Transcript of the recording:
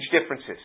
differences